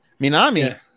Minami